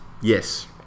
Yes